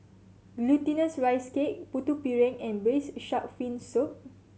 Glutinous Rice Cake Putu Piring and Braised Shark Fin Soup